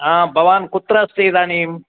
हा भवान् कुत्र अस्ति इदानीम्